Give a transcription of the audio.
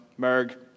merg